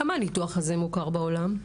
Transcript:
כמה הניתוח הזה מוכר בעולם?